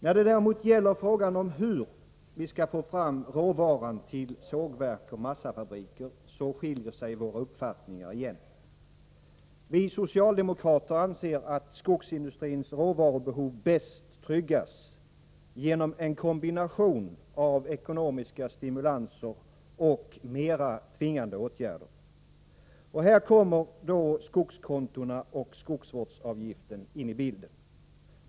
När det däremot gäller frågan om hur vi skall få fram råvaran till sågverk och massafabriker skiljer sig våra uppfattningar igen. Vi socialdemokrater anser att skogsindustrins råvarubehov bäst tryggas genom en kombination av ekonomiska stimulanser och mera tvingande åtgärder. Och här kommer skogskontona och skogsvårdsavgiften in i bilden.